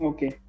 Okay